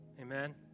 Amen